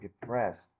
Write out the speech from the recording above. depressed